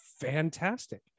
fantastic